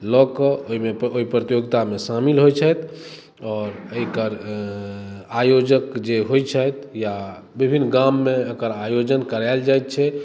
लऽ के ओहिमे प्रतियोगितामे शामिल होइ छथि आओर एहि आयोजक जे होइ छथि या विभिन्न गाममे एकर आयोजन करायल जाइत छै